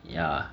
ya